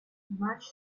much